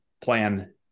plan